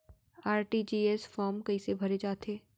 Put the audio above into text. RTGS form कइसे भरे जाथे?